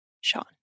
Sean